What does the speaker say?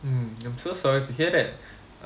mm I'm so sorry to hear that